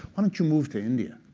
why don't you move to india?